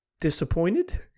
disappointed